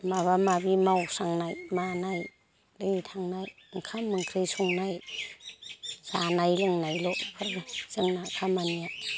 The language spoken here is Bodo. माबा माबि मावस्रांनाय मानाय ओरै थांनाय ओंखाम ओंख्रि संनाय जानाय लोंनायल' बेफोरनो जोंना खामानिया